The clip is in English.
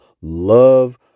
love